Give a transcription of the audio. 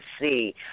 see